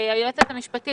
היועצת המשפטית,